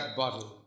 bottle